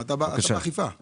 אנחנו